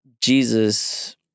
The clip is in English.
Jesus